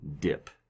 dip